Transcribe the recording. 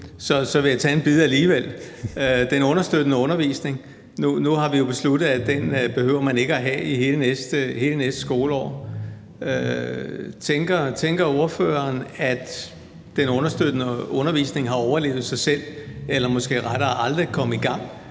vil jeg tage en bid alligevel: den understøttende undervisning. Nu har vi jo besluttet, at man ikke behøver at have den i hele næste skoleår. Tænker ordføreren, at den understøttende undervisning har overlevet sig selv eller måske rettere aldrig kom i gang,